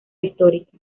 histórica